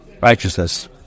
righteousness